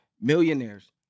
millionaires